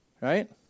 Right